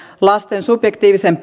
lasten subjektiivisen